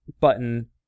button